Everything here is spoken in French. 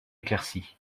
éclairci